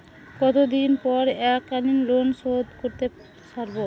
কতদিন পর এককালিন লোনশোধ করতে সারব?